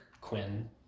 quinn